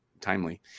timely